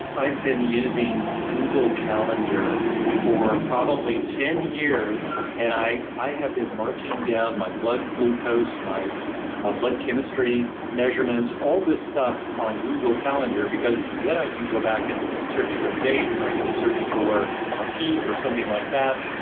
i've been using google calendar for probably ten years and i i have been marking down my blood glucose, my ah blood chemistry measurements, all this stuff on google calendar because then i can go back and search for a date or i can search for a peak or something like that.